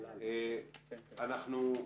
אנחנו,